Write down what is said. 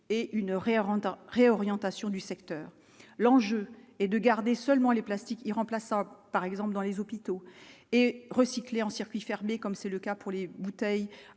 rendant réorientation du secteur, l'enjeu est de garder seulement les plastiques irremplaçable par exemple dans les hôpitaux et recyclés en circuit fermé, comme c'est le cas pour les bouteilles